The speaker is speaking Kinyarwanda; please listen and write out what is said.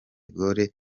gaulle